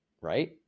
right